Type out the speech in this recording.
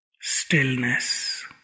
stillness